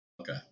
Okay